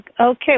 Okay